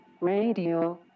Radio